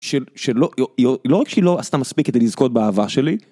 של שלא לא רק שלא עשתה מספיק את זה לזכות באהבה שלי.